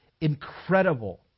incredible